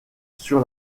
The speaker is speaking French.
sur